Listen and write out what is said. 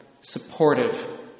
supportive